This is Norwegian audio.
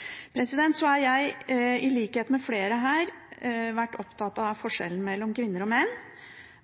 Jeg er i likhet med flere her opptatt av forskjellen mellom kvinner og menn.